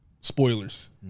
spoilers